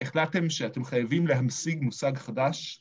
החלטתם שאתם חייבים להמשיג מושג חדש?